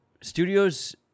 studios